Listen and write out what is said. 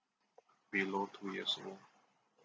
below two years old